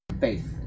faith